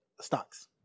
Stocks